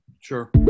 sure